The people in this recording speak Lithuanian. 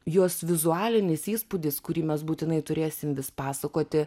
jos vizualinis įspūdis kurį mes būtinai turėsim vis pasakoti